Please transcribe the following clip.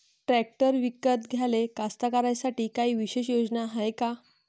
Tractor विकत घ्याले कास्तकाराइसाठी कायी विशेष योजना हाय का?